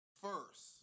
first